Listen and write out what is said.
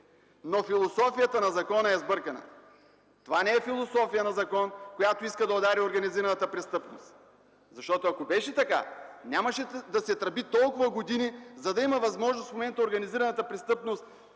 Но философията на закона е сбъркана. Това не е философия на закон, който иска да удари организираната престъпност. Защото, ако беше така, нямаше да се тръби толкова години, за да има възможност в момента организираната престъпност